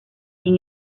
sin